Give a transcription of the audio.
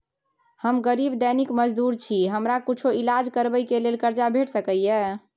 हम गरीब दैनिक मजदूर छी, हमरा कुछो ईलाज करबै के लेल कर्जा भेट सकै इ?